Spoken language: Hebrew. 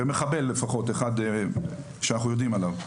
במחבל לפחות אחד שאנחנו יודעים עליו,